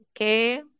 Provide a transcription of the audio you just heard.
Okay